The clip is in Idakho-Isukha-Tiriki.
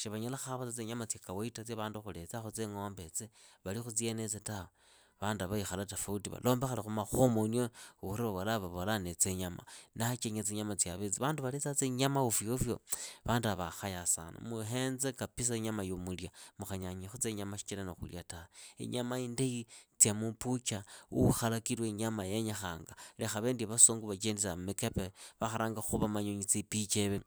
Sivanyala khava tsa tsinyama tsia kawaita tsia vandu khuliitsakhu tsiingo'ombe itsi, vali khu tsienitsi tawe. Vanduava vaikhala tofauti valombe khali makhomonyio vavola ni tsinyama, vandu valitsa tsinyama ovyo ovyo, vanduava vakhaya sana. Muhenze kapisa inyama ya mulia mukhanyanyikhutsa inyama shikira ni khulia tawe. Inyama indahi tsia muupucha huukhalakilwe inyama yenyekhanga, lekha vindu vya vasungu vachenditsaa mikepe. vakharanga khuva manyonyi tsipicha,